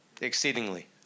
exceedingly